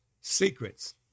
secrets